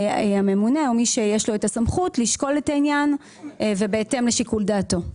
הממונה או מי שיש לו את הסמכות לשקול את העניין ובהתאם לשיקול דעתו.